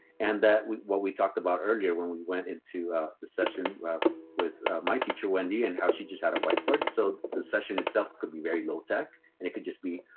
and that what we talked about earlier when we went into the session with my teacher, wendy, and how she just had a whiteboard. so the session itself could be very low tech, and it could just be